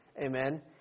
Amen